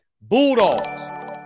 Bulldogs